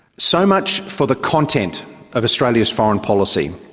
so much for the content of australia's foreign policy.